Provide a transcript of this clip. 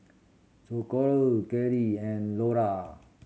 Socorro Clydie and Lora